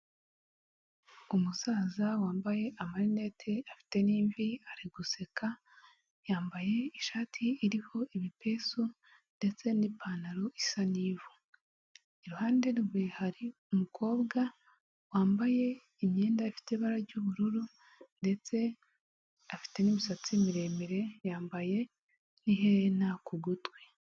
Umusaza wambaye amarinete afite n'imvi ari guseka yambaye ishati iriho ibipesu ndetse n'ipantaro isa n'ivu iruhande rwe hari umukobwa wambaye imyenda ifite ibara ry'ubururu ndetse afite n'imisatsi miremire yambaye n'iherena k'ugutwi.